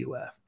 UF